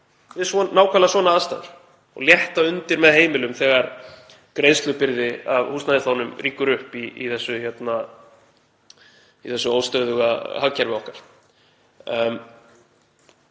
við nákvæmlega svona aðstæður og létta undir með heimilum þegar greiðslubyrði af húsnæðislánum rýkur upp í þessu óstöðuga hagkerfi okkar.